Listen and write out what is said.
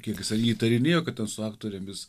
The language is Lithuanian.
kiek jisai įtarinėjo kad ten su aktorėmis